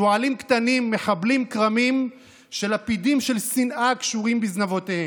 שועלים קטנים מחבלים בכרמים כשלפידים של שנאה קשורים בזנבותיהם.